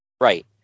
Right